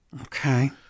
Okay